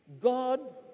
God